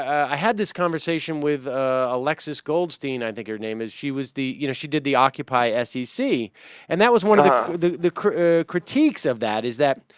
i had this conversation with alexis goldstein i think your name is she was the yes you know she did the occupy s e c and that was one of the the the crew critiques of that is that